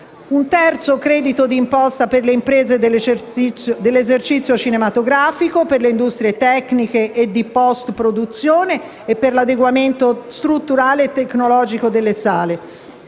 un terzo credito di imposta per le imprese dell'esercizio cinematografico, per le industrie tecniche e di postproduzione e per l'adeguamento strutturale e tecnologico delle sale.